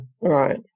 Right